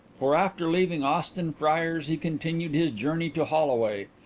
for after leaving austin friars he continued his journey to holloway,